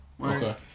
Okay